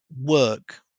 work